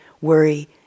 worry